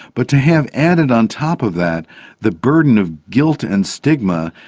but to have added on top of that the burden of guilt and stigma,